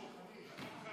היום בנט